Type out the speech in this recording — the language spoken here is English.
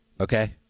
Okay